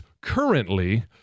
currently